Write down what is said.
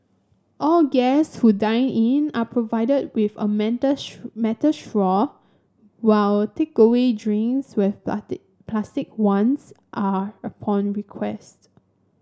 all guest who dine in are provided with a metal metal straw while takeaway drinks with plastic ones are upon request